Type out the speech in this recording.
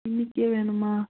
இன்னிக்கே வேணுமா